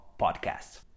podcast